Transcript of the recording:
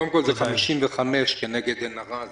קודם כל, זה 55 כנגד עין הרע.